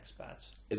expats